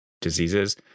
diseases